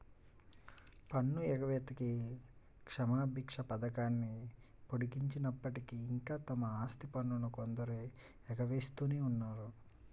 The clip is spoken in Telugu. పన్ను ఎగవేతకి క్షమాభిక్ష పథకాన్ని పొడిగించినప్పటికీ, ఇంకా తమ ఆస్తి పన్నును కొందరు ఎగవేస్తూనే ఉన్నారు